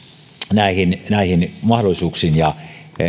näihin näihin mahdollisuuksiin ja